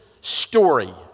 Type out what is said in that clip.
Story